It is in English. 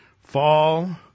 fall